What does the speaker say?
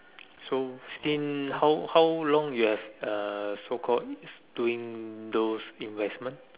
so since how how long you have uh so called doing those investment